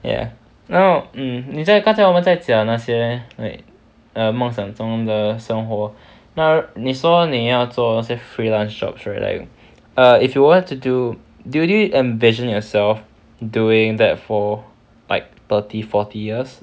ya no mm 你在刚才我们在讲那些 like err 梦想中的生活那你说你要做是 freelance jobs right err if you want to do do you envision yourself doing that for like thirty forty years